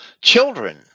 children